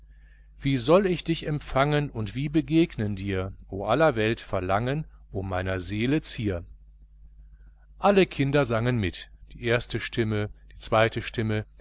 wie soll ich dich empfangen und wie begegnen dir o aller welt verlangen o meiner seele zier alle kinder sangen mit erste stimme zweite stimme